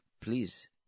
Please